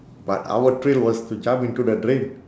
but our thrill was to jump into the drain